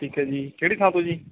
ਠੀਕ ਹੈ ਜੀ ਕਿਹੜੀ ਥਾਂ ਤੋਂ ਜੀ